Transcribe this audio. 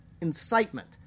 incitement